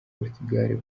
portugal